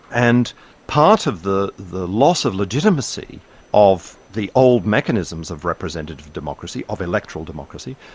and part of the the loss of legitimacy of the old mechanisms of representative democracy, of electoral democracy,